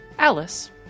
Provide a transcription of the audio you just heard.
Alice